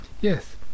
yes